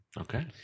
Okay